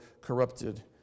corrupted